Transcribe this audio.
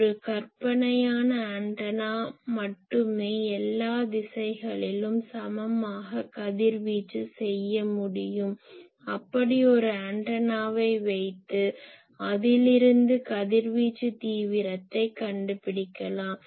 ஒரு கற்பனையான ஆண்டனா மட்டுமே எல்லா திசையிலும் சமமாக கதிர்வீச்சு செய்ய முடியும் அப்படி ஒரு ஆண்டனாவை வைத்து அதிலிருந்து கதிர்வீச்சு தீவிரத்தை கண்டுபிடிக்கலாம்